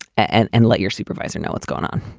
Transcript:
and and let your supervisor know what's going on.